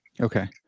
Okay